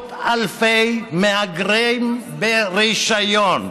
עשרות אלפי מהגרים ברישיון,